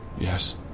Yes